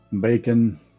bacon